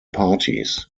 parties